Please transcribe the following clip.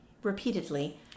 Repeatedly